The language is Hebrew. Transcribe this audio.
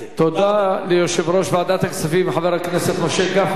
תודה ליושב-ראש ועדת הכספים חבר הכנסת משה גפני.